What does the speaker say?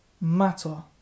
Matter